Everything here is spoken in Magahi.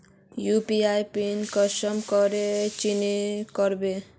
यु.पी.आई पिन कुंसम करे चेंज करबो?